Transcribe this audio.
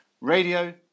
radio